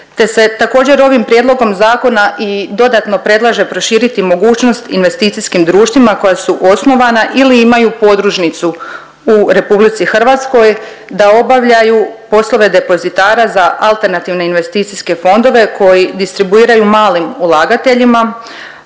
te se također ovim prijedlogom zakona i dodatno predlaže proširiti mogućnost investicijskim društvima koja su osnovana ili imaju podružnicu u RH da obavljaju poslove depozitara za alternativne investicijske fondove koji distribuiraju malim ulagateljima,